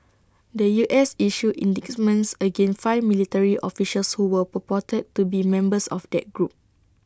the U S issued indictments against five military officials who were purported to be members of that group